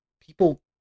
people